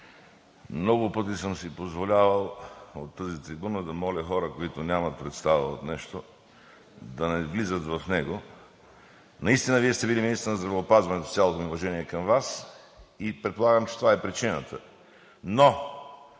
много пъти съм си позволявал от тази трибуна да моля хора, които нямат представа от нещо, да не влизат в него. Наистина Вие сте били министър на здравеопазването, с цялото ми уважение към Вас, и предполагам, че това е причината, но